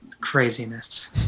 Craziness